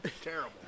terrible